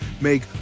make